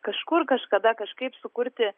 kažkur kažkada kažkaip sukurti